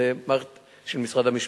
זו מערכת של משרד המשפטים.